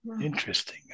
Interesting